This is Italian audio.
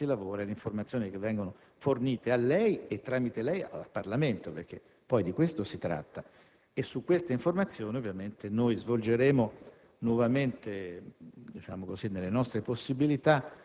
si dovrà mettere in discussione il modo come si lavora e le informazioni che vengono fornite a lei, e tramite lei, al Parlamento, perché poi di questo si tratta. Su tali informazioni, ovviamente, noi svolgeremo nuovamente